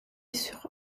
sur